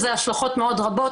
יש לזה השלכות מאוד רבות,